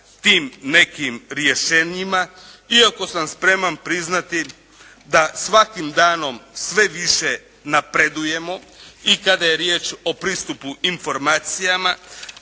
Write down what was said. tim nekim rješenjima iako sam spreman priznati da svakim danom sve više napredujemo i kada je riječ o pristupu informacijama,